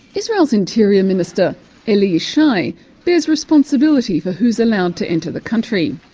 israel's interior minister eli yishai bears responsibility for who's allowed to enter the country.